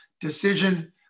decision